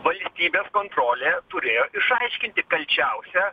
valstybės kontrolė turėjo išaiškinti kalčiausią